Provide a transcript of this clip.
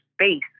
space